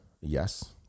Yes